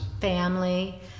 family